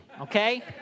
okay